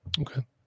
Okay